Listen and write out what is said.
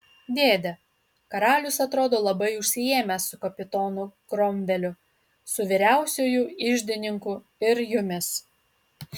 dėde karalius atrodo labai užsiėmęs su kapitonu kromveliu su vyriausiuoju iždininku ir jumis